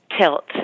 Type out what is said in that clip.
Tilt